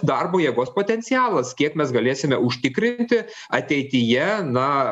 darbo jėgos potencialas kiek mes galėsime užtikrinti ateityje na